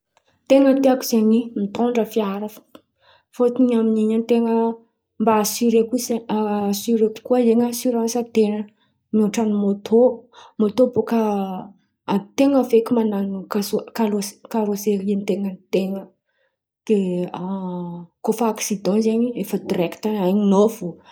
Ten̈a tiako zen̈y mitondra fiara fo. Fotony amin’in̈y an-ten̈a mba asiore ko asiore koko zen̈y asiransin-ten̈a mioatra ny môtô. Môtô bôka an-ten̈a feky man̈ano karôse- karôseria ny ten̈a, ny ten̈a. Koa fa aksidan zen̈y, efa direkta hen̈inao fo.